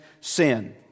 sin